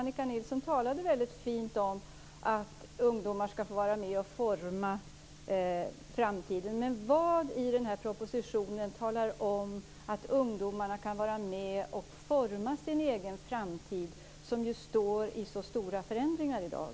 Annika Nilsson talade väldigt fint om att ungdomar ska få vara med och forma framtiden, men vad i den här propositionen talar om att ungdomarna kan vara med och forma sin egen framtid, som ju genomgår så stora förändringar i dag?